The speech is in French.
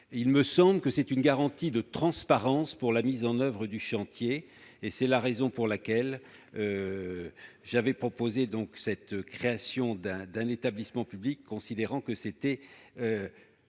Il me semble qu'il s'agit d'une garantie de transparence pour la mise en oeuvre du chantier. C'est la raison pour laquelle j'ai proposé la création d'un établissement public, considérant que c'était